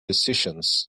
decisions